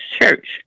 church